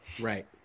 Right